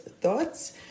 thoughts